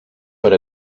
per